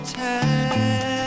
time